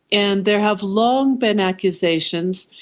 and there have long been accusations,